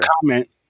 comment